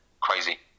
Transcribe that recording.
crazy